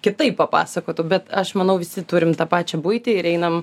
kitaip papasakotų bet aš manau visi turim tą pačią buitį ir einam